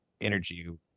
energy